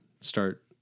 start